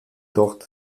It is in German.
dort